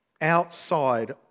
outside